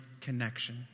connection